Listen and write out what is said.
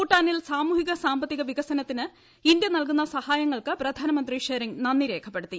ഭൂട്ടാനിൽ സാമൂഹിക സാമ്പത്തിക വികസനത്തിന് ഇന്ത്യ നൽകുന്ന സഹായങ്ങൾക്ക് പ്രധാനമന്ത്രി ഷെറിങ്ങ് നന്ദി രേഖപ്പെടുത്തി